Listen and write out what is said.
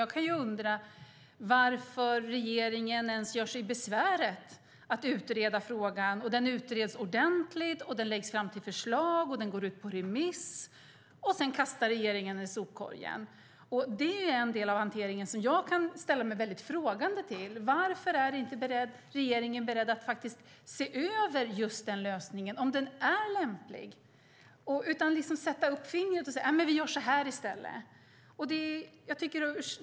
Jag undrar varför regeringen ens gör sig besväret att utreda frågan. Den utreds ordentligt, den läggs fram som förslag och den går ut på remiss, och sedan kastar regeringen den i papperskorgen. Det är en del av hanteringen som jag ställer mig frågande till. Varför är inte regeringen beredd att se över om lösningen är lämplig? I stället sätter man upp fingret och säger: Nej, men vi gör så här i stället.